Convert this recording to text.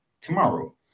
tomorrow